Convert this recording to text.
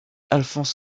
alphonse